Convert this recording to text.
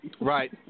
Right